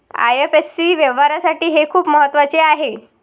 IFSC व्यवहारासाठी हे खूप महत्वाचे आहे